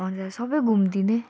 हजुर सबै घुमिदिने